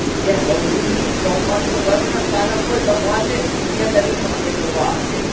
again, don't believe me, don't watch the webinar. sign up for it, don't watch it, you'll get that email, and then you'll buy.